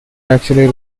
actually